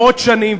מאות שנים.